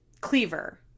cleaver